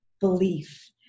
belief